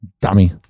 Dummy